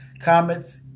Comments